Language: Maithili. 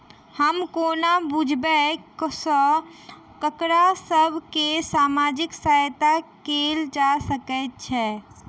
हम कोना बुझबै सँ ककरा सभ केँ सामाजिक सहायता कैल जा सकैत छै?